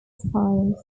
spines